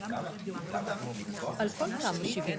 דין רציפות על הצעת החוק קבעה שתיקונים